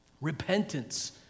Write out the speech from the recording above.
Repentance